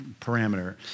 parameter